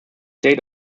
date